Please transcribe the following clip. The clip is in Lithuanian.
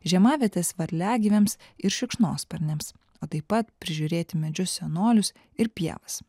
žiemavietes varliagyviams ir šikšnosparniams o taip pat prižiūrėti medžius senolius ir pievas